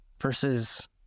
versus